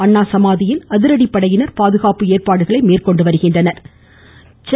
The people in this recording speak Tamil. அண்ணா சமாதியில் அதிரடிப்படையினர் பாதுகாப்பு ஏற்பாடுகளை மேற்கொண்டு வருகின்றனர்